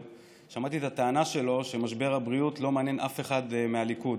שמעתי את הטענה שלו שמשבר הבריאות לא מעניין אף אחד מהליכוד,